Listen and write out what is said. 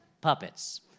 puppets